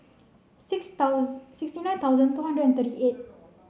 six sixty nine thousand two hundred and thirty eight